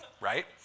right